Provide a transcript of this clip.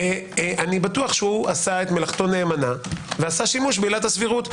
בטוח שעשה מלאכתו נאמנה ועשה שימוש בעילת הסבירות.